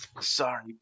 sorry